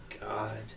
God